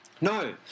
No